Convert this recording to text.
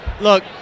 Look